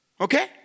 Okay